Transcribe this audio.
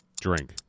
Drink